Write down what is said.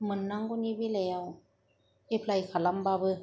मोननांगौनि बेलायाव एप्लाइ खालामब्लाबो